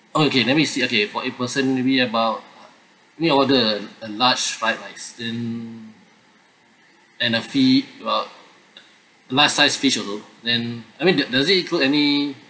okay let me see okay for eight person maybe about we order a large fried rice then and a fi~ about large size fish also then I mean does it include any